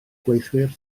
gweithiwr